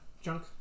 junk